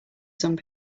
some